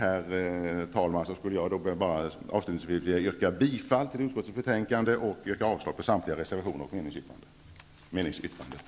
Avslutningsvis vill jag yrka bifall till utskottets hemställan i detta betänkande och avslag på samtliga reservationer och på meningsyttringen.